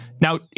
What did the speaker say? Now